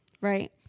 Right